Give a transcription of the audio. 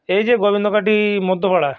এই যে গোবিন্দবাটি মধ্যপাড়া